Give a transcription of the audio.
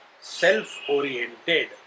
self-oriented